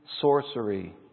Sorcery